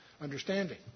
understanding